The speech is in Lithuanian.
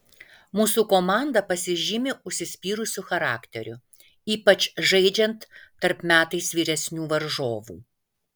mūsų komanda pasižymi užsispyrusiu charakteriu ypač žaidžiant tarp metais vyresnių varžovų